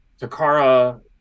takara